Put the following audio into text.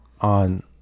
On